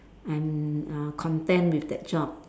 I'm uh content with that job